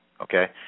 Okay